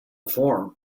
form